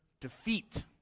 defeat